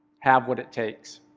have what it takes.